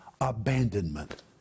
abandonment